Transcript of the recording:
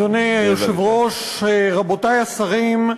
אדוני היושב-ראש, רבותי השרים,